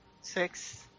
six